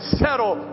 settle